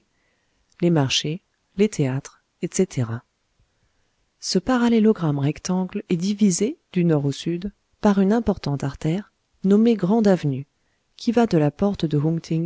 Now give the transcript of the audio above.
les marchés les théâtres etc ce parallélogramme rectangle est divisé du nord au sud par une importante artère nommée grande avenue qui va de la porte de